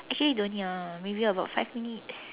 actually don't need ah maybe about five minutes